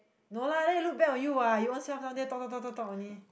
no lah then you look bad on you what you ownself down there talk talk talk talk talk only